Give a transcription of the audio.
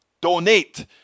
donate